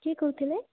କିଏ କହୁଥିଲେ